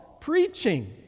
Preaching